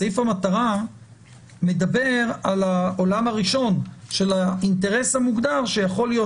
סעיף המטרה מדבר על העולם הראשון של האינטרס המוגדר שיכול להיות